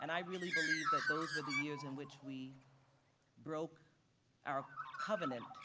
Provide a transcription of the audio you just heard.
and i really believe that those were the years in which we broke our covenant